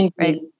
Right